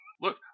Look